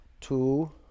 two